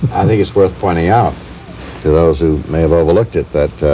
i think it's worth pointing out to those who may have overlooked at that